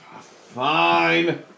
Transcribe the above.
Fine